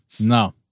No